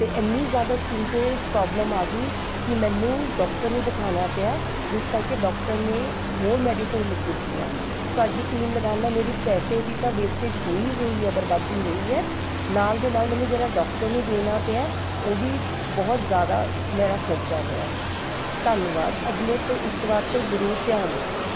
ਅਤੇ ਇੰਨੀ ਜ਼ਿਆਦਾ ਸਕਿੱਨ 'ਤੇ ਪਰੋਬਲਮ ਆ ਗਈ ਕਿ ਮੈਨੂੰ ਡਾਕਟਰ ਨੂੰ ਦਿਖਾਉਣਾ ਪਿਆ ਜਿਸ ਕਰਕੇ ਡਾਕਟਰ ਨੇ ਹੋਰ ਮੈਡੀਸਨਜ਼ ਲਿਖ ਦਿੱਤੀਆਂ ਤੁਹਾਡੀ ਕਰੀਮ ਲਗਾਉਣ ਨਾਲ ਮੇਰੀ ਪੈਸੇ ਦੀ ਤਾਂ ਵੇਸਟੇਜ਼ ਹੋਈ ਹੀ ਹੋਈ ਹੈ ਬਰਬਾਦੀ ਹੋਈ ਹੈ ਨਾਲ ਦੇ ਨਾਲ ਮੈਨੂੰ ਜਿਹੜਾ ਡਾਕਟਰ ਨੂੰ ਦੇਣਾ ਪਿਆ ਉਹ ਵੀ ਬਹੁਤ ਜ਼ਿਆਦਾ ਮੇਰਾ ਖਰਚਾ ਹੋਇਆ ਹੈ ਧੰਨਵਾਦ ਅਗਲੇ ਤੋਂ ਇਸ ਵਾਰ ਤੋਂ ਜ਼ਰੂਰ ਧਿਆਨ ਰੱਖਿਓ